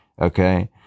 okay